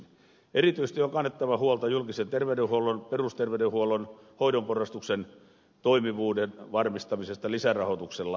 erityisesti on kannettava huolta julkisen terveydenhuollon perusterveydenhuollon hoidon porrastuksen toimivuuden varmistamisesta lisärahoituksella